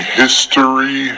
history